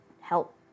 help